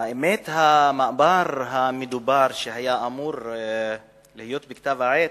המאמר המדובר, שהיה אמור להיות בכתב-העת,